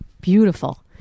Beautiful